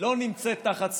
לא נמצאת תחת סיכון,